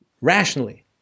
rationally